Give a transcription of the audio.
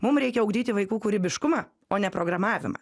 mum reikia ugdyti vaikų kūrybiškumą o ne programavimą